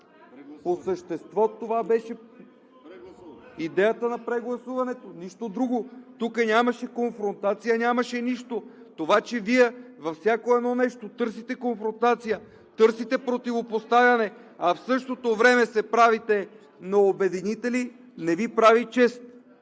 По същество това беше идеята на прегласуването, нищо друго. Тук нямаше конфронтация, нямаше нищо. Това, че Вие във всяко нещо търсите конфронтация, търсите противопоставяне, а в същото време се правите на обединители, не Ви прави чест!